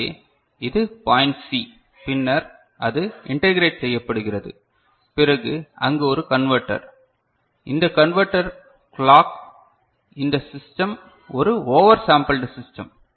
எனவே இது point C பின்னர் அது இன்டேகிரேட் செய்யப்படுகிறது பிறகு அங்கு ஒரு கன்வேர்டர் இந்த கன்வெர்ட்டர் கிளாக் இந்த சிஸ்டம் ஒரு ஓவர் சாம்பிள்ட் சிஸ்டம்